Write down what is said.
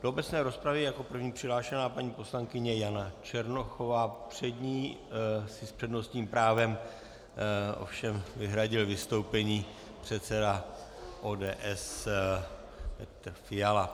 Do obecné rozpravy je jako první přihlášená paní poslankyně Jana Černochová, před ní si s přednostním právem ovšem vyhradil vystoupení předseda ODS Petr Fiala.